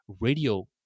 radio